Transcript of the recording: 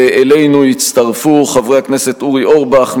ואלינו הצטרפו חברי הכנסת אורי אורבך,